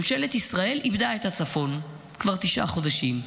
ממשלת ישראל איבדה את הצפון כבר תשעה חודשים,